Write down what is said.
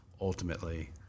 ultimately